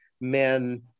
men